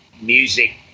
music